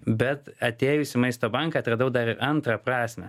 bet atėjus įmaisto banką atradau dar antrą prasmę